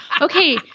Okay